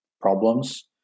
problems